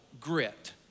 Grit